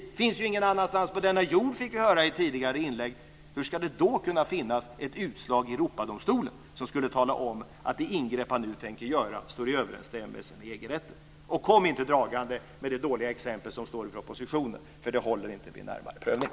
Detta finns ju ingen annanstans på denna jord, fick vi höra i ett tidigare inlägg. Hur ska det då kunna finnas ett utslag i Europadomstolen som skulle tala om att det ingrepp man nu tänker göra står i överensstämmelse med EG rätten? Och kom inte dragande med det dåliga exempel som står i propositionen, för det håller inte vid en närmare prövning.